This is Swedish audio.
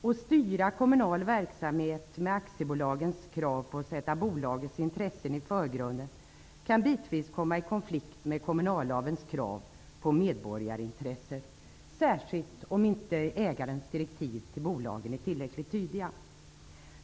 Att styra kommunal verksamhet med aktiebolagens krav på att sätta bolagets intressen i förgrunden kan bitvis komma i konflikt med kommunallagens krav på att sätta medborgarintresset i fokus, särskilt om inte ägarens direktiv till bolagen är tillräckligt tydliga.